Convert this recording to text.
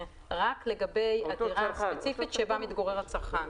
רק לגבי הדירה הספציפית שבה מתגורר הצרכן.